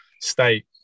state